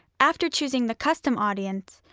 after choosing the custom audience,